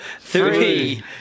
three